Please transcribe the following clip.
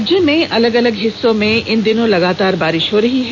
राज्य के अलग अलग हिस्सों में इन दिनों लगातार बारिश हो रही है